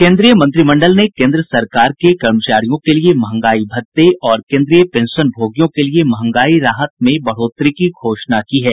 केन्द्रीय मंत्रिमंडल ने केन्द्र सरकार के कर्मचारियों के लिए मंहगाई भत्ते और केन्द्रीय पेंशनभोगियों के लिए मंहगाई राहत में बढ़ोतरी की घोषणा की है